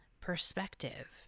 perspective